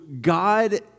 God